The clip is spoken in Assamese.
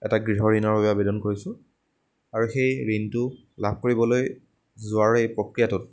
এটা গৃহ ঋণৰ বাবে আবেদন কৰিছোঁ আৰু সেই ঋণটো লাভ কৰিবলৈ যোৱাৰ এই প্ৰক্ৰিয়াটোত